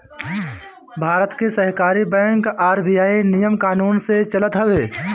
भारत के सहकारी bank RBI नियम कानून से चलत हवे